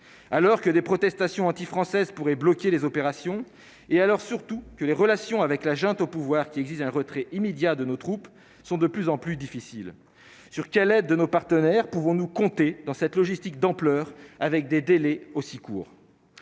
alors que des protestations anti-françaises pourraient bloquer les opérations et alors surtout que les relations avec la junte au pouvoir qui exige un retrait immédiat de nos troupes sont de plus en plus difficile sur Calais de nos partenaires, pouvons-nous compter dans cette logistique d'ampleur avec des délais aussi courts,